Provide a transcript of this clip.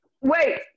Wait